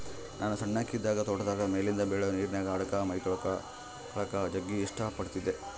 ನಾನು ಸಣ್ಣಕಿ ಇದ್ದಾಗ ತೋಟದಾಗ ಮೇಲಿಂದ ಬೀಳೊ ನೀರಿನ್ಯಾಗ ಆಡಕ, ಮೈತೊಳಕಳಕ ಜಗ್ಗಿ ಇಷ್ಟ ಪಡತ್ತಿದ್ದೆ